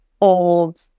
old